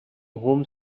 home